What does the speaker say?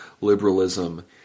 liberalism